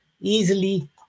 easily